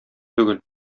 түгел